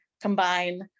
combine